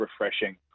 refreshing